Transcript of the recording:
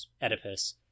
Oedipus